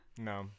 No